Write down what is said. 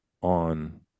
on